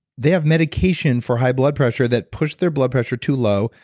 they have medication for high blood pressure that pushed their blood pressure too low,